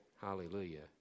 hallelujah